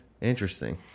Interesting